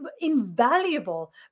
invaluable